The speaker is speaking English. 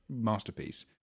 masterpiece